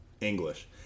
English